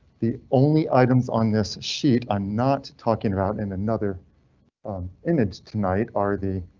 the only items on this sheet i'm not talking about in another image tonight are the.